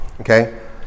Okay